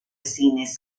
cine